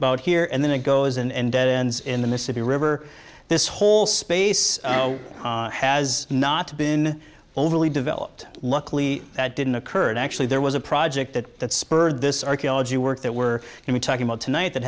about here and then it goes and ends in the mississippi river this whole space has not been overly developed luckily that didn't occur and actually there was a project that that spurred this archaeology work that we're talking about tonight that